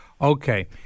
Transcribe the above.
Okay